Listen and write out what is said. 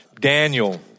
Daniel